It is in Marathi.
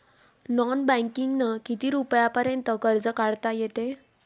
नॉन बँकिंगनं किती रुपयापर्यंत कर्ज काढता येते?